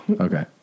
Okay